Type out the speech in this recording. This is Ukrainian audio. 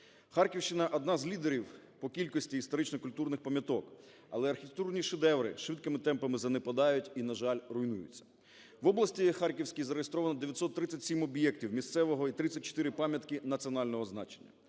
Харківщина – одна з лідерів по кількості історично-культурних пам'яток, але архітектурні шедеври швидкими темпами занепадають і, на жаль, руйнуються. В області Харківській зареєстровано 937 об'єктів місцевого і 34 пам'ятки національного значення.